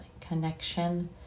connection